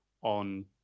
on